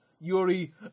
Yuri